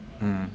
mm